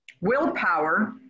Willpower